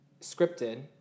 scripted